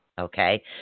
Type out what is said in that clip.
Okay